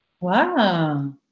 Wow